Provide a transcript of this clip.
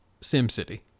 SimCity